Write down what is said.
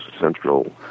central